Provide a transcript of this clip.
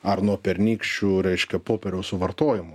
ar nuo pernykščių reiškia popieriaus suvartojimo